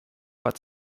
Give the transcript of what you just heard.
but